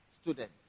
student